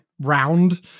round